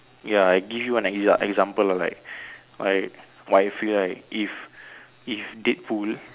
ya I give you an ex~ example of like like how I feel like if if Deadpool